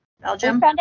Belgium